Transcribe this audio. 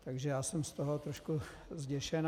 Takže já jsem z toho trošku zděšen.